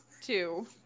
Two